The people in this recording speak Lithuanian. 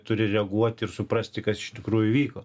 turi reaguoti ir suprasti kas iš tikrųjų įvyko